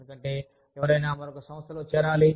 ఎందుకు ఎవరైనా మరొక సంస్థలో చేరాలి